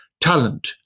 talent